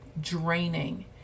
draining